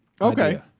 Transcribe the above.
Okay